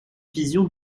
vision